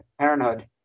Parenthood